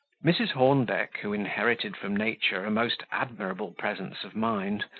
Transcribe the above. mrs. hornbeck, who inherited from nature a most admirable presence of mind,